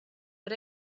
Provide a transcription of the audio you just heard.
but